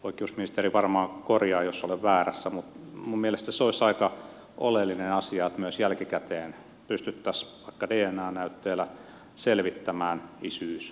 oikeusministeri varmaan korjaa jos olen väärässä mutta minun mielestäni se olisi aika oleellinen asia että myös jälkikäteen pystyttäisiin vaikka dna näytteellä selvittämään isyys